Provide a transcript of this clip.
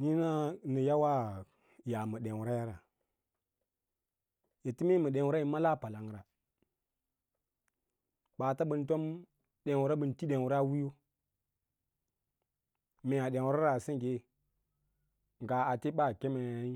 Niĩnaí nə yawa yaa ma ɗeuraya ra ete mee yi dẽure yi male palange ra ɓaata ɓən tombən tí dẽura wiiyo mee dẽura a sengge ngaa ate ɓaa kemeí